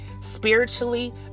spiritually